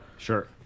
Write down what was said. Sure